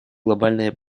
глобальное